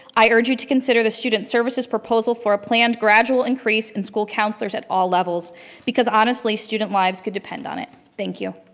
i urge you to consider the student services proposal for a planned gradual increase in school counselors at all levels because honestly, student lives could depend on it, thank you.